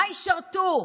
במה ישרתו?